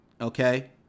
Okay